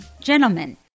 Gentlemen